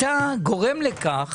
אתה ואני גורמים לכך